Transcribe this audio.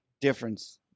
difference